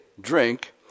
drink